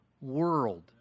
world